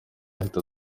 ahita